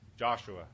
Joshua